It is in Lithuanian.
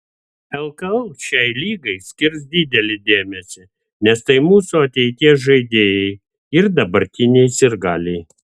lkl šiai lygai skirs didelį dėmesį nes tai mūsų ateities žaidėjai ir dabartiniai sirgaliai